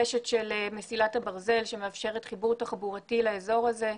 רשת של מסילת הברזל שמאפשרת חיבור תחבורתי לאזור הזה,